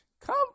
Come